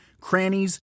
crannies